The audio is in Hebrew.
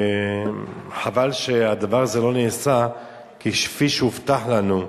חבל שהדבר הזה לא נעשה כפי שהובטח לנו,